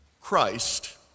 Christ